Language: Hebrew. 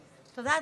תודה,